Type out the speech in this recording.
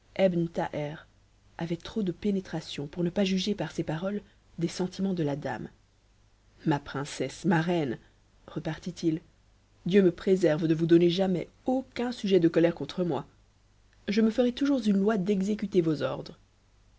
avait trop de pénétration pour ne pas juger par ces paroles des sentiments de la dame ma princesse ma reine repartit il dieu me préserve de vous donner jamais aucun sujet de colère contre moi je me ferai toujours une loi d'exécuter vos ordres